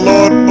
Lord